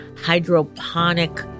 hydroponic